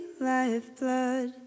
lifeblood